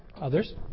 Others